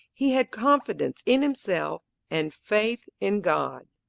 he had confidence in himself and faith in god.